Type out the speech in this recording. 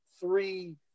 three